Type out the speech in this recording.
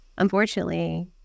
Unfortunately